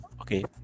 okay